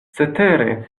cetere